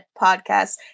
podcast